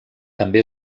també